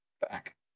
Back